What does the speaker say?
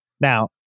Now